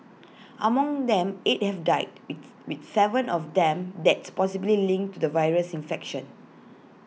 among them eight have died with with Seven of them deaths possibly linked to the virus infection